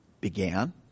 began